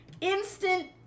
instant